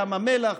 ים המלח,